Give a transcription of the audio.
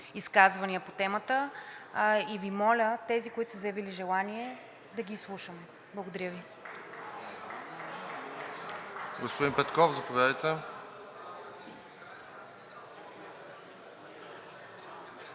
изказвания по темата и Ви моля, тези, които са заявили желание, да ги изслушаме. Благодаря Ви.